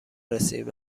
رسید